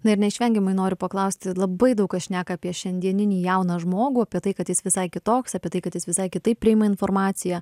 na ir neišvengiamai noriu paklausti labai daug kas šneka apie šiandieninį jauną žmogų apie tai kad jis visai kitoks apie tai kad jis visai kitaip priima informaciją